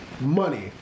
money